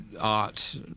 art